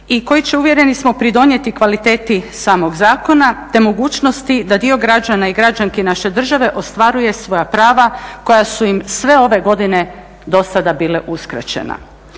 i koji će, uvjereni smo, pridonijeti kvaliteti samog zakona te mogućnosti da dio građana i građanki naše države ostvaruje svoja prava koja su im sve ove godine do sada bila uskraćena.